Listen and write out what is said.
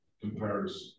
comparison